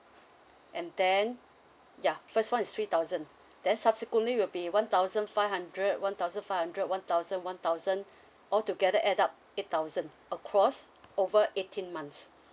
and then yeah first one is three thousand then subsequently will be one thousand five hundred one thousand five hundred one thousand one thousand altogether add up eight thousand across over eighteen months